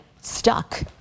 stuck